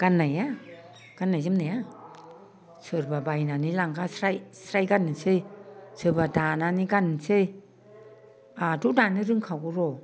गाननाया गाननाय जोमनाया सोरबा बायनानै लांगा स्राय स्राय गाननोसै सोरबा दानानै गाननोसै आंहाथ' दानो रोंखागौ र'